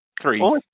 Three